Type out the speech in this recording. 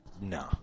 No